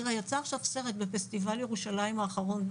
תראה יצא עכשיו סרט בפסטיבל ירושלים האחרון,